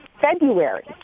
February